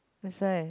that's why